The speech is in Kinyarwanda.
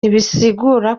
ntibisigura